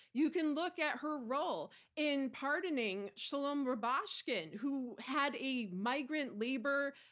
you can look at her role in pardoning sholom rubashkin, who had a migrant labor,